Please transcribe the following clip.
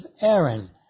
Aaron